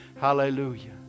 hallelujah